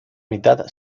mitad